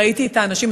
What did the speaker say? ראיתי את האנשים.